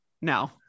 No